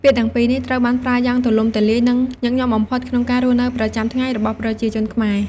ពាក្យទាំងពីរនេះត្រូវបានប្រើយ៉ាងទូលំទូលាយ និងញឹកញាប់បំផុតក្នុងការរស់នៅប្រចាំថ្ងៃរបស់ប្រជាជនខ្មែរ